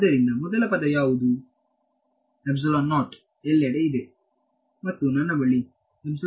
ಆದ್ದರಿಂದ ಮೊದಲ ಪದ ಯಾವುದು ಎಲ್ಲೆಡೆ ಇದೆ ಮತ್ತು ನನ್ನ ಬಳಿ ಇದೆ